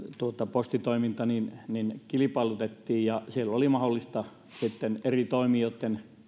postitoiminta kilpailutettiin silloin oli mahdollista eri toimijoiden